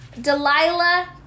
Delilah